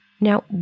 Now